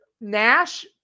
nash